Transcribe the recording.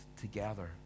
together